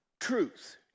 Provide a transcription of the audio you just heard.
truth